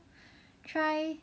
try